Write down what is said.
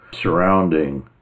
surrounding